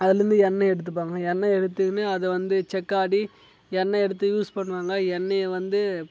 அதுலிருந்து எண்ணெய் எடுத்துப்பாங்க எண்ணெய் எடுத்துக்கினு அதை வந்து செக்காட்டி எண்ணெய் எடுத்து யூஸ் பண்ணுவாங்க எண்ணெயை வந்து